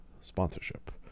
sponsorship